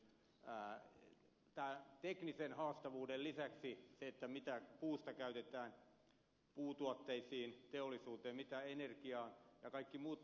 tämän teknisen haastavuuden lisäksi tulee se mitä puusta käytetään puutuotteisiin teollisuuteen mitä energiaan ja kaikki muut tavat